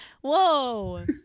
whoa